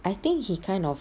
I think he kind of